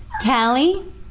Tally